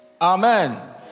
Amen